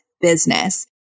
business